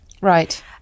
Right